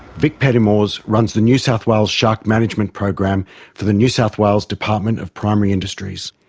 vic peddemors runs the new south wales shark management program for the new south wales department of primary industries.